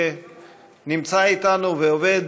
שנמצא איתנו ועובד